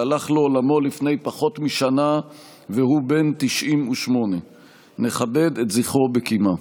שהלך לעולמו לפני פחות משנה והוא בן 98. נכבד את זכרו בקימה.